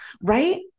Right